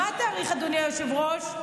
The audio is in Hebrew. אדוני היושב-ראש,